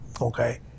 okay